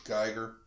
Geiger